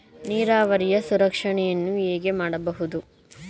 ನೀರಾವರಿಯ ಸಂರಕ್ಷಣೆಯನ್ನು ಹೇಗೆ ಮಾಡಬಹುದು?